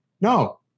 no